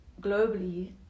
globally